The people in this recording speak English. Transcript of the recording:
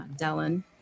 Dellen